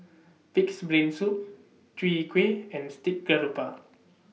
Pig'S Brain Soup Chwee Kueh and Steamed Garoupa